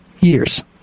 years